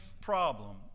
problem